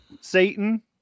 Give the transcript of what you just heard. Satan